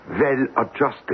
well-adjusted